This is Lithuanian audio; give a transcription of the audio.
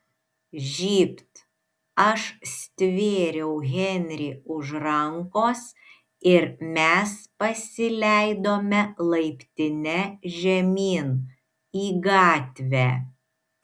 žybt aš stvėriau henrį už rankos ir mes pasileidome laiptine žemyn į gatvę